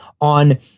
on